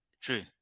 true